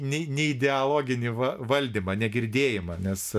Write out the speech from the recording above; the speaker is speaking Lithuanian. ne neideologinį va valdymą negirdėjimą nes